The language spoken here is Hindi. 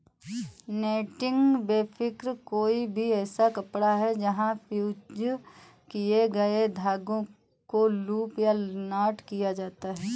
नेटिंग फ़ैब्रिक कोई भी ऐसा कपड़ा है जहाँ फ़्यूज़ किए गए धागों को लूप या नॉट किया जाता है